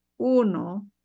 uno